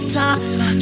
time